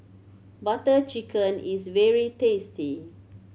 Butter Chicken is very tasty